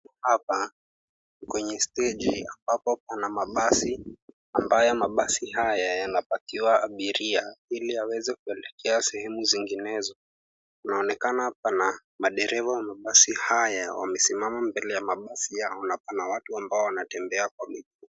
Hapa ni kwenye steji, ambapo pana mabasi ambayo mabasi haya yanapakiwa abiria, ili aweze kuelekea sehemu zinginezo. Kunaonekana pana madereva wa mabasi haya, wamesimama mbele ya mabasi yao na pana watu ambao wanatembea kwa miguu.